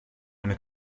eine